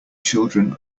children